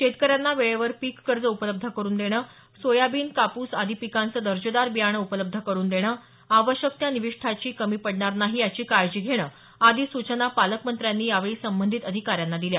शेतकऱ्यांना वेळेवर पिक कर्ज उपलब्ध करून देणं सोयाबीन कापूस आदी पिकांचं दर्जेदार बीयाणे उपलब्ध करून देणं आवश्यक त्या निविष्ठाची कमी पडणार नाही याची काळजी घेणं आदी सूचना पालकमंत्र्यांनी यावेळी संबंधित अधिकार्यांना दिल्या